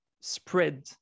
spread